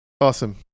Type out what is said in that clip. awesome